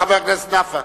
חבר הכנסת נפאע.